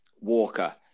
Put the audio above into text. Walker